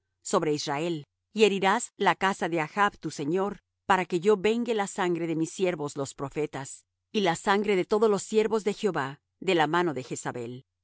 sobre israel y herirás la casa de achb tu señor para que yo vengue la sangre de mis siervos los profetas y la sangre de todos los siervos de jehová de la mano de jezabel y